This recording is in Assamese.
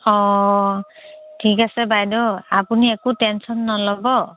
অঁ ঠিক আছে বাইদেউ আপুনি একো টেনচন নল'ব